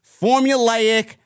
formulaic